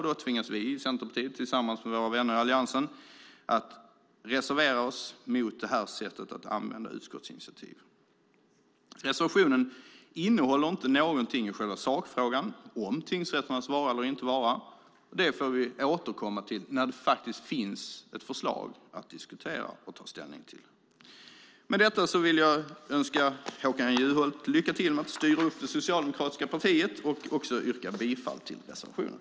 Då tvingas vi i Centerpartiet tillsammans med våra vänner i Alliansen att reservera oss mot det här sättet att använda utskottsinitiativ. Reservationen innehåller inte någonting i själva sakfrågan om tingsrätternas vara eller inte vara. Det får vi återkomma till när det faktiskt finns ett förslag att diskutera och ta ställning till. Med detta vill jag önska Håkan Juholt lycka till med att styra upp det socialdemokratiska partiet och också yrka bifall till reservationen.